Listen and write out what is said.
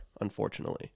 unfortunately